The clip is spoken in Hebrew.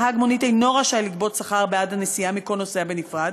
נהג מונית אינו רשאי לגבות שכר בעד הנסיעה מכל נוסע בנפרד,